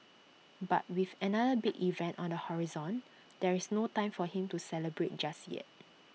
but with another big event on the horizon there is no time for him to celebrate just yet